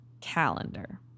calendar